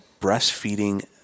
breastfeeding